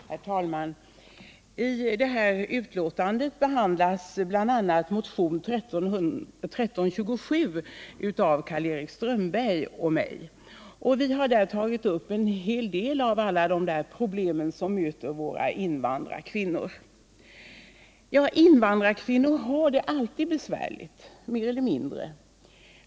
Herr talman! I det föreliggande betänkandet behandlas bl.a. motionen 1327 av Karl-Erik Strömberg och mig. Vi har där tagit upp en hel del av de problem som möter våra invandrarkvinnor. Invandrarkvinnor har det alltid besvärligt, mer eller mindre.